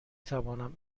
توانم